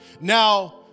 Now